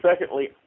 secondly